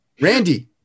Randy